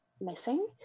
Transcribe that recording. missing